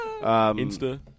Insta